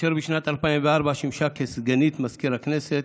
משנת 2004 שימשה סגנית מזכיר הכנסת,